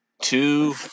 two